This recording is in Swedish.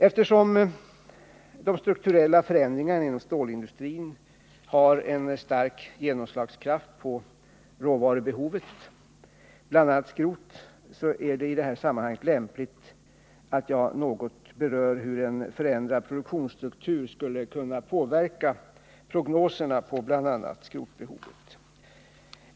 Eftersom de strukturella förändringarna inom stålindustrin har stark förmåga att slå igenom på råvarubehovet, bl.a. när det gäller skrot, är det i det här sammanhanget lämpligt att jag något berör hur en förändrad produktionsstruktur skulle påverka prognoserna på bl.a. skrotbehovet.